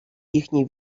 їхній